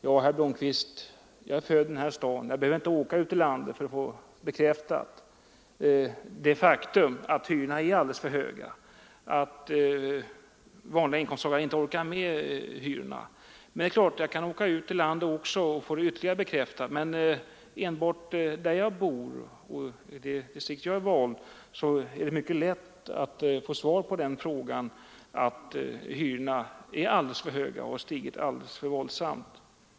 Ja, herr Blomkvist, jag är född i den här staden, och jag behöver inte åka ut i landet för att få bekräftat att hyrorna är alldeles för höga, att vanliga inkomsttagare inte orkar med hyrorna. Men det är klart att jag kan åka ut i landet och få det ytterligare bekräftat. Enbart där jag bor och i det distrikt där jag är vald är det emellertid mycket lätt att få besked om att hyrorna är alldeles för höga och har stigit alldeles för våldsamt.